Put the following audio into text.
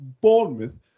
Bournemouth